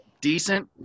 decent